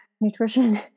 nutrition